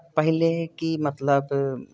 पहिले कि मतलब